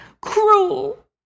Cruel